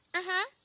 ah huh.